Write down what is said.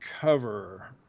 cover